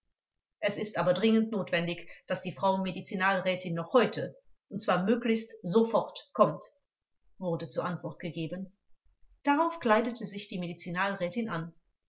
es ist aber dringend notwendig daß die frau medizinalrätin noch heute und zwar möglichst sofort kommt wurde zur antwort gegeben darauf kleidete sich die medizinalrätin an